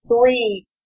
three